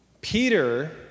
Peter